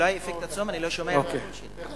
אולי בגלל אפקט הצום אני לא שומע את הקול שלי.